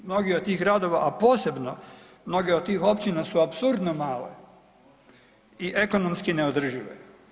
Mnogi od tih gradova, a posebno mnoge od tih općina su apsurdno male i ekonomski neodržive.